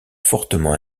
fortement